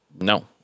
no